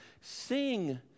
sing